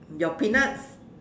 your peanuts